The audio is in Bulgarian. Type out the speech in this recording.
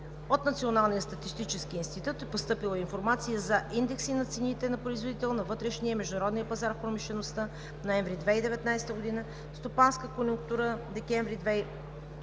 От Националния статистически институт е постъпила информация за: Индекси на цените на производител на вътрешния и международния пазар в промишлеността – ноември 2019 г.; Стопанска конюнктура декември 2019 г.,